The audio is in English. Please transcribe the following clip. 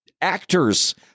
actors